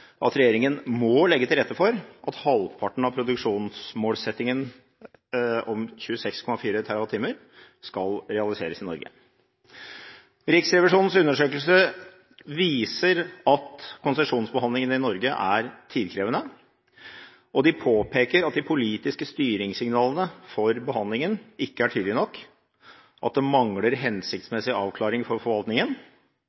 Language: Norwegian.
at regjeringen må legge til rette for at halvparten av produksjonsmålsettingen om 26,4 TWh skal realiseres i Norge. Riksrevisjonens undersøkelse viser at konsesjonsbehandlingen i Norge er tidkrevende. De påpeker at de politiske styringssignalene for behandlingen ikke er tydelige nok, at det mangler